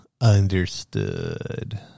understood